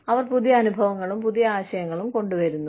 അവർ പുതിയ അനുഭവങ്ങളും പുതിയ ആശയങ്ങളും കൊണ്ടുവരുന്നു